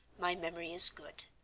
my memory is good,